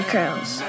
Curls